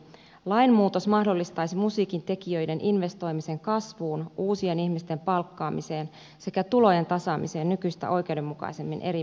lainmuutos mahdollistaisi musiikintekijöiden investoimisen kasvuun uusien ihmisten palkkaamiseen sekä tulojen tasaamiseen nykyistä oikeudenmukaisemmin eri vuosien kesken